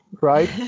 right